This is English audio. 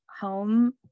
home